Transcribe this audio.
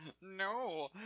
No